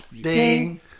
Ding